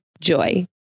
Joy